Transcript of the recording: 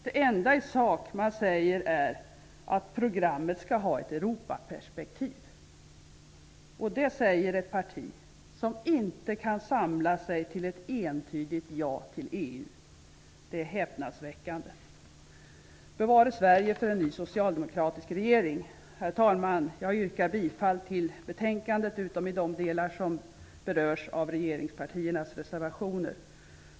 Det enda i sak man säger är att programmet skall ha ett Europaperspektiv. Och det säger ett parti som inte kan samla sig till ett entydigt ja till EU! Det är häpnadsväckande. Bevare Sverige för en ny socialdemokratisk regering! Herr talman! Jag yrkar bifall till utskottets hemställan, utom i de delar som berörs av regeringspartiernas reservationer.